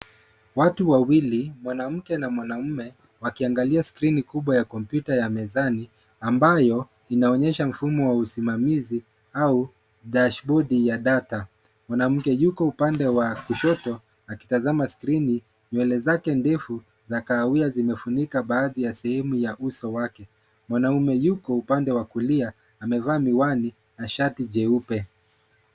Watu wawili, mwanamke na mwanamme wakiangalia skrini kubwa ya kompyuta ya mezani ambayo inaonyesha mfumo wa usimamizi au dashbodi ya data. Mwanamke yuko upande wa kushoto akitazama skrini, nywele zake ndefu za kahawia zimefunika baadhi ya sehemu ya uso wake. Mwanaume yuko upande wa kulia, amevaa miwani na shati jeupe.